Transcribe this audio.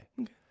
Okay